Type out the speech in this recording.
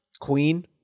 Queen